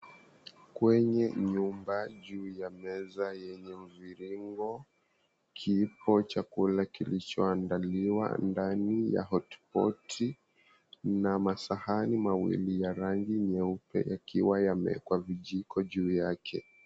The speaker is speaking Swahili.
Kwenye nyumba, juu ya meza yenye mviringo, kipo chakula kilichoandaliwa ndani ya hotpot na masahani mawili ya rangi nyeupe yakiwa yamewekwa vijiko juu yake.